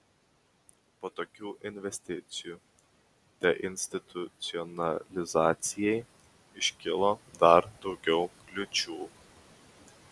po tokių investicijų deinstitucionalizacijai iškilo dar daugiau kliūčių